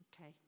Okay